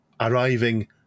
arriving